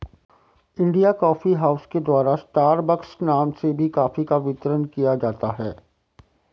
India coffee house के द्वारा Starbucks नाम से भी कॉफी का वितरण किया जाता है